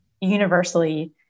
universally